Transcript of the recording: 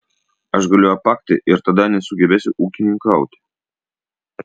aš galiu apakti ir tada nesugebėsiu ūkininkauti